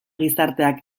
gizarteak